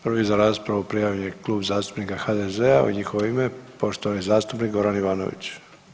Prvi za raspravu prijavljen je Kluba zastupnika HDZ-a u njihovo ime poštovani zastupnik Goran Ivanović.